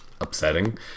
upsetting